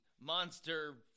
monster